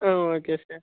ah okay sir